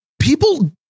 people